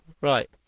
Right